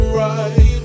right